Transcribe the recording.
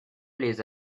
les